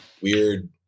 weird